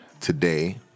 today